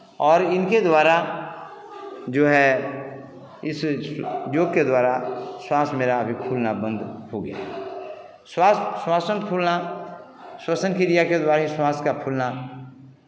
और इनके द्वारा जो है इस योग के द्वारा सांस मेरा अभी खुलना बंद हो गया श्वास श्वसन फूलना श्वसन क्रिया के द्वारा ही श्वास का फूलना